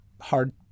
hard